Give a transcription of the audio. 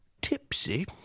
tipsy